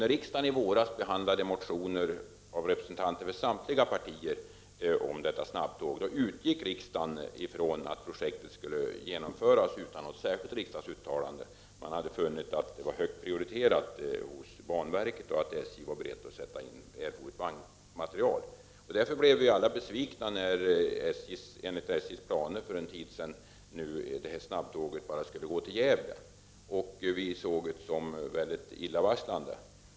När riksdagen i våras behandlade motioner av representanter för samtliga partier om detta snabbtåg utgick riksdagen ifrån att projektet skulle genomföras utan något särskilt riksdagsuttalande. Man hade funnit att det var högt prioriterat hos banverket och att SJ var berett att sätta in erforderlig vagnmateriel. Därför blev vi alla besvikna när det här snabbtåget enligt SJ:s planer, som presenterades för en tid sedan, bara skulle gå till Gävle. Vi såg det som mycket illavarslande.